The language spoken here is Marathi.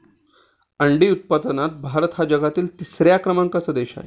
अंडी उत्पादनात भारत हा जगातील तिसऱ्या क्रमांकाचा देश आहे